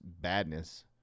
badness